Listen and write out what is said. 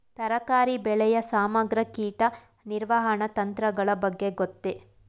ತರಕಾರಿ ಬೆಳೆಯ ಸಮಗ್ರ ಕೀಟ ನಿರ್ವಹಣಾ ತಂತ್ರಗಳ ಬಗ್ಗೆ ಗೊತ್ತೇ?